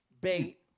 bait